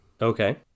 Okay